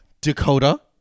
Dakota